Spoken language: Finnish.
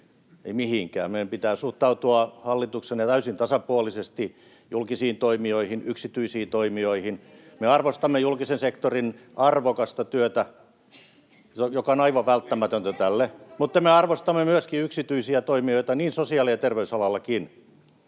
ei mihinkään. Meidän pitää suhtautua hallituksena täysin tasapuolisesti julkisiin toimijoihin, yksityisiin toimijoihin. Me arvostamme julkisen sektorin arvokasta työtä, joka on aivan välttämätöntä tälle, mutta me arvostamme myöskin yksityisiä toimijoita, sosiaali- ja terveysalallakin.